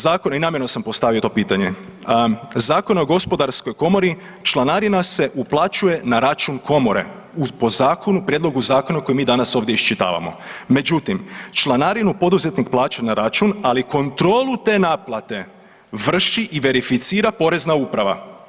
Zakon i namjerno sam postavio to pitanje, Zakon o gospodarskoj komori članarina se uplaćuje na račun komore po zakonu prijedlogu zakona koji mi danas ovdje iščitavamo, međutim, članarinu poduzetnik plaća na račun, ali kontrolu te naplate vrši i verificira Porezna uprava.